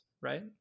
right